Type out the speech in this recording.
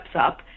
up